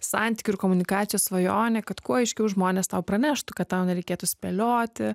santykių ir komunikacijos svajonė kad kuo aiškiau žmonės tau praneštų kad tau nereikėtų spėlioti